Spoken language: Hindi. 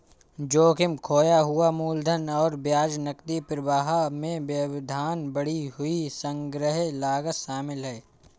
जोखिम, खोया हुआ मूलधन और ब्याज, नकदी प्रवाह में व्यवधान, बढ़ी हुई संग्रह लागत शामिल है